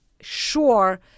sure